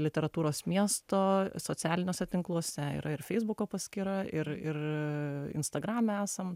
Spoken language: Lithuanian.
literatūros miesto socialiniuose tinkluose yra ir feisbuko paskyra ir ir instagrame esam